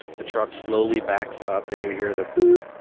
the truck slowly backs up, and you hear the beeping